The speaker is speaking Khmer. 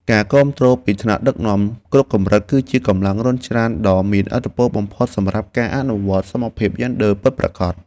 ការគាំទ្រពីថ្នាក់ដឹកនាំគ្រប់កម្រិត គឺជាកម្លាំងរុញច្រានដ៏មានឥទ្ធិពលបំផុតសម្រាប់ការអនុវត្តសមភាពយេនឌ័រពិតប្រាកដ។